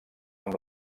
amb